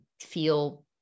feel